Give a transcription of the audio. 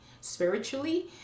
spiritually